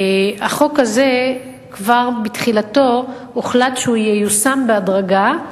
החוק הזה, כבר בתחילתו הוחלט שהוא ייושם בהדרגה,